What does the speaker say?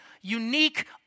unique